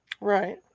Right